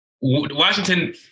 Washington